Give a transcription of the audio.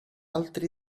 altri